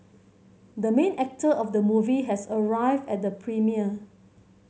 the main actor of the movie has arrived at the premiere